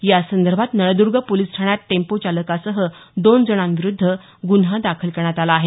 या संदर्भात नळदूर्ग पोलिस ठाण्यात टेंपो चालकासह दोन जणांविरूद्ध गुन्हा दाखल करण्यात आला आहे